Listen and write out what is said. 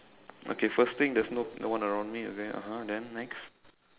okay first thing there's no no one around me and then (uh huh) then next